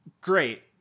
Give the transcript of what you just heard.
great